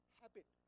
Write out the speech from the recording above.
habit